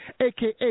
aka